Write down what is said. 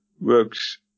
works